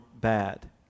bad